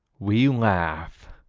we laugh.